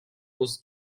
was